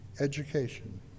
education